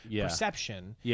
perception